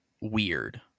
weird